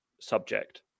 subject